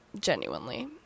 genuinely